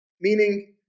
meaning